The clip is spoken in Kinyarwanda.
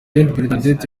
bernadette